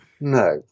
no